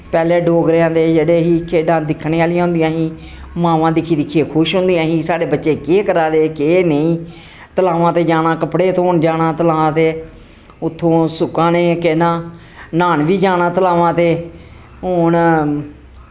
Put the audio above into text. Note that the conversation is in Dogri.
पैह्लै डोगरेआं दे जेह्ड़े ही खेढां दिक्खने आह्लियां होन्दियां ही मांवां दिक्खी दिक्खियै खुश होन्दियां ही साढ़े बच्चे केह् करा दा केह् नेईं तलामां ते जाना कपड़े धोन तलां ते उत्थूं सुकाने केह् नां न्हान वी जाना तलावां ते हून